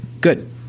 Good